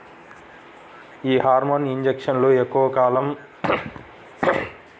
యీ హార్మోన్ ఇంజక్షన్లు ఎక్కువ కాలం గనక వాడితే ఆ తర్వాత నుంచి ఆ గేదెలు మళ్ళీ పాడి చేయడానికి పనికిరావు